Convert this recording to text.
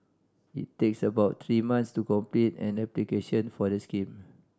it takes about three months to complete an application for the scheme